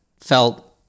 felt